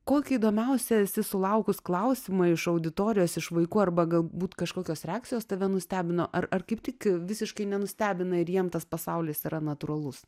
kokia įdomiausia sulaukus klausimo iš auditorijos iš vaikų arba galbūt kažkokios reakcijos tave nustebino ar ar kaip tik visiškai nenustebino ir jiem tas pasaulis yra natūralus